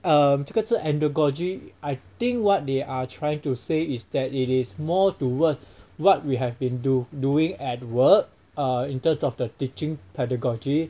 mm 这个字 andragogy I think what they are trying to say is that it is more towards what we have been do~ doing at work err in terms of the teaching pedagogy